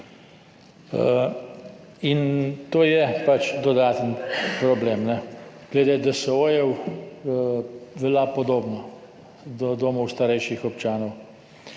In to je pač dodaten problem. Glede DSO-jev velja podobno, domov starejših občanov.